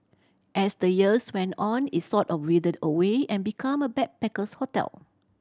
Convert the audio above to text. as the years went on it sort of withered away and become a backpacker's hotel